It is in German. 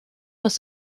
muss